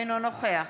אינו נוכח